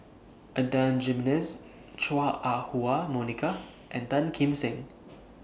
Adan Jimenez Chua Ah Huwa Monica and Tan Kim Seng